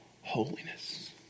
holiness